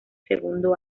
segundo